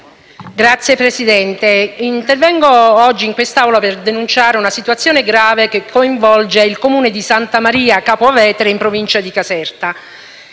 Signor Presidente, intervengo oggi in quest'Aula per denunciare una situazione grave che coinvolge il Comune di Santa Maria Capua Vetere, in provincia di Caserta.